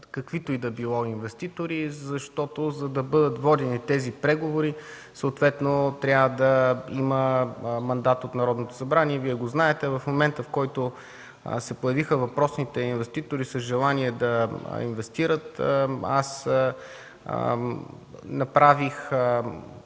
каквито и да било инвеститори, защото за да бъдат водени тези преговори, трябва да има мандат от Народното събрание. Вие го знаете. В момента, в който се появиха въпросните инвеститори с желание да инвестират, аз направих